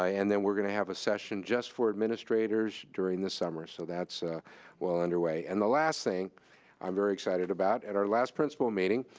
ah and then we're gonna have a session just for administrators during the summer, so that's well under way. and the last thing i'm very excited about, at our last principal meeting,